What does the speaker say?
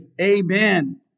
Amen